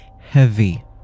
heavy